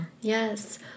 Yes